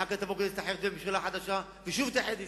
אחר תבוא כנסת אחרת וממשלה חדשה ושוב תאחד יישובים.